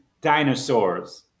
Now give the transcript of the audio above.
dinosaurs